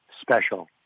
special